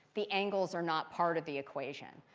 the angles are not part of the equation.